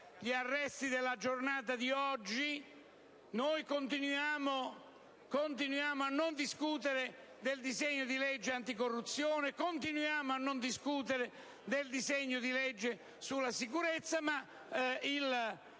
gli arresti della giornata di oggi, continuiamo a non discutere del disegno di legge anticorruzione, del disegno di legge sulla sicurezza, ma il